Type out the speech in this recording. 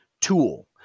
tool